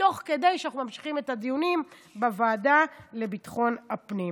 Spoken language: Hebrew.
תוך כדי שאנחנו ממשיכים את הדיונים בוועדה לביטחון הפנים.